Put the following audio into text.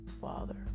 father